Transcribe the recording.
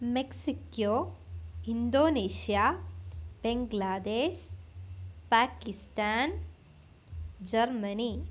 Mexico Indonesia Bangladesh Pakistan Germany